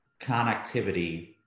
connectivity